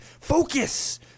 focus